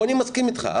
פה אני מסכים איתך.